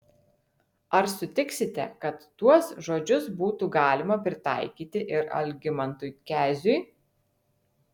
ar sutiksite kad tuos žodžius būtų galima pritaikyti ir algimantui keziui